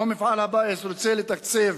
או מפעל הפיס, רוצה לתקצב